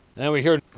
then we hear.